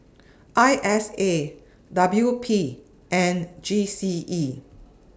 I S A W P and G C E